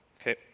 Okay